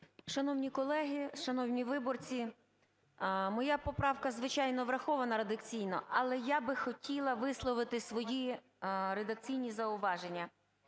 Шановні колеги, шановні виборці! Моя поправка звичайно врахована редакційно, але я б хотіла висловити свої редакційні зауваження.